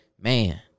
man